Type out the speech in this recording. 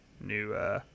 new